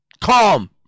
calm